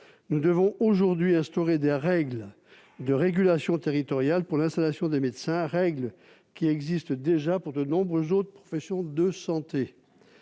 Nous devons aujourd'hui instaurer des règles de régulation territoriale pour l'installation des médecins, comme il en existe déjà pour de nombreuses autres professions de santé.